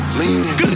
leaning